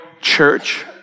church